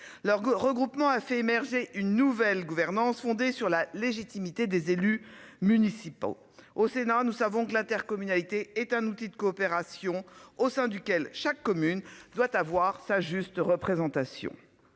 leur regroupement a fait émerger une nouvelle gouvernance fondée sur la légitimité des élus municipaux au Sénat. Nous savons que l'intercommunalité est un outil de coopération au sein duquel chaque commune doit avoir sa juste représentation